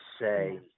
say